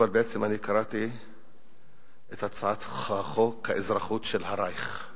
אבל בעצם אני קראתי את הצעת חוק האזרחות של הרייך.